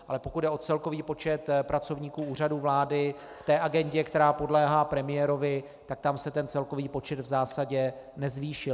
Ale pokud jde o celkový počet pracovníků Úřadu vlády v té agendě, která podléhá premiérovi, tak tam se ten celkový počet v zásadě nezvýšil.